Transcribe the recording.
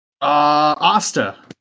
Asta